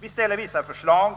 Vi ställer vissa förslag